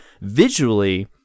visually